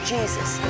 Jesus